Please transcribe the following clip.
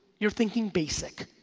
you're thinking basic.